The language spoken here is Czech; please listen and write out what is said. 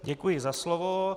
Děkuji za slovo.